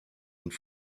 und